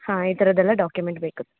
ಹಾಂ ಈ ಥರದ್ದೆಲ್ಲ ಡಾಕ್ಯೂಮೆಂಟ್ ಬೇಕು